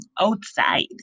outside